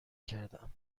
کردم